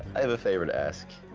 i have a favor to ask.